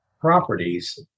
properties